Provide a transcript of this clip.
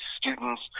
students